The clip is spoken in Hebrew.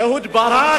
הוא אהוד ברק,